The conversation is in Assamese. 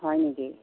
হয় নেকি